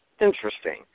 Interesting